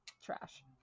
trash